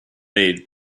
made